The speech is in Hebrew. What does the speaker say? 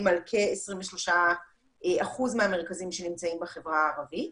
על כ-23% מהמרכזים שנמצאים בחברה הערבית.